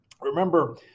Remember